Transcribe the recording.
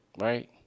right